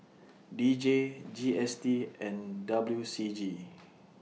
D J G S T and W C G